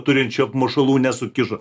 turinčių apmušalų nesukišo